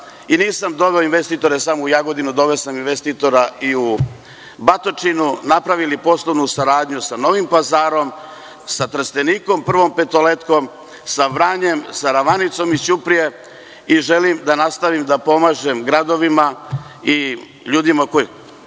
i nisam doveo investitore samo u Jagodinu, doveo sam investitora i u Batočinu, napravili poslovnu saradnju sa Novim Pazarom, sa Trstenikom, „Prvom Petoletkom“, sa Vranjem, sa Ravanicom iz Ćuprije i želim da nastavim da pomažem i gradovima i ljudima koji